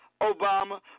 Obama